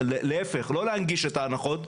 לא להנגיש את ההנחות,